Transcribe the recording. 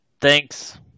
Thanks